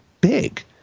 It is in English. big